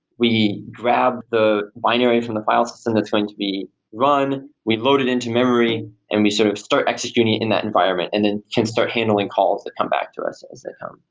we grab the binary from the file system that's going to be run. we load it into memory and we sort of start executing in that environment and then can start handling calls that come back to us as they come.